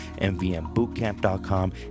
mvmbootcamp.com